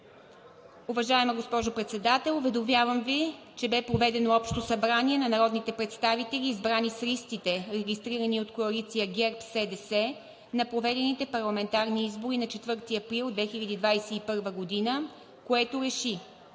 „Уважаема госпожо Председател! Уведомявам Ви, че бе проведено Общо събрание на народните представители, избрани с листите, регистрирани от коалиция „ГЕРБ-СДС“ на проведените парламентарни избори на 4 април 2021 г., което реши